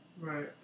Right